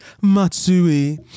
Matsui